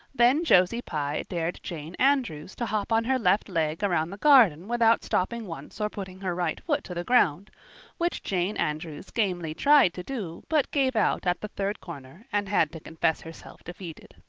then josie pye dared jane andrews to hop on her left leg around the garden without stopping once or putting her right foot to the ground which jane andrews gamely tried to do, but gave out at the third corner and had to confess herself defeated.